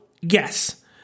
yes